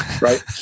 right